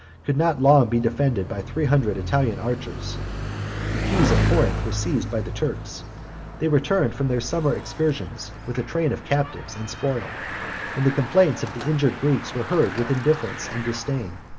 could not long be defended by three hundred italian archers the keys of corinth were seized by the turks they returned from their summer excursions with a train of captives and spoil and the complaints of the injured greeks were heard with indifference and disdain.